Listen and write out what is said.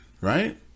Right